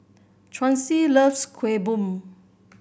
Chauncey loves Kueh Bom